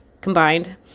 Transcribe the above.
combined